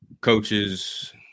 coaches